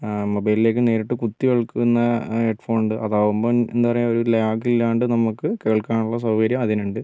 മൊബൈലിലേക്ക് നേരിട്ട് കുത്തിവെക്കുന്ന ഹെഡ്ഫോൺ ഉണ്ട് അതാവുമ്പോൾ എന്താ പറയുക ഒരു ലാഗ് ഇല്ലാണ്ട് നമുക്ക് കേൾക്കാനുള്ള സൗകര്യം അതിനുണ്ട്